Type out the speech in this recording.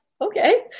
okay